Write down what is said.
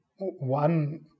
one